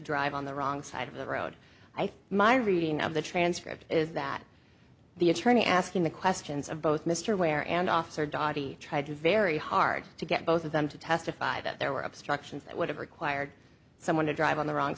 drive on the wrong side of the road i think my reading of the transcript is that the attorney asking the questions of both mr ware and officer dadi tried very hard to get both of them to testify that there were obstructions that would have required someone to drive on the wrong